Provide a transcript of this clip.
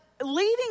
Leading